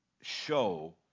show